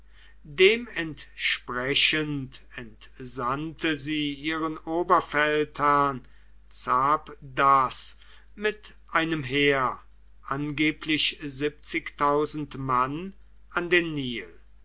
entsprechend entsandte sie ihren oberfeldherrn zabdas mit einem heer angeblich mann an den nil